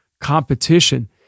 competition